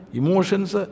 emotions